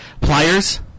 Pliers